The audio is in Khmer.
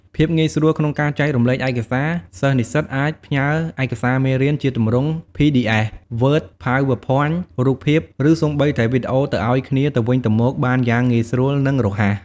ភាពងាយស្រួលក្នុងការចែករំលែកឯកសារ សិស្សនិស្សិតអាច ផ្ញើរឯកសារមេរៀន ជាទម្រង់ ភីឌីអេស, វើត,ផៅវើភ័ញ, រូបភាព ឬសូម្បីតែវីដេអូទៅឲ្យគ្នាទៅវិញទៅមកបានយ៉ាងងាយស្រួល និងរហ័ស។